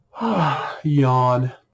yawn